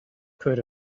could